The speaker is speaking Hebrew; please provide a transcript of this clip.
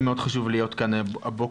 היה לי מאוד חשוב להיות כאן הבוקר.